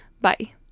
Bye